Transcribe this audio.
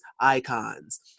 icons